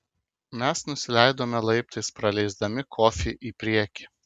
mes nusileidome laiptais praleisdami kofį į priekį